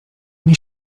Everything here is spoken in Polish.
nie